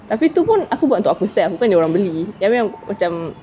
tapi tu pun aku buat untuk aku punya self bukannya orang beli then macam